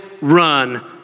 run